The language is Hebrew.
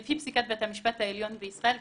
לפי פסיקת בית המשפט העליון בישראל,